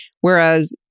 whereas